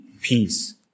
peace